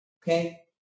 Okay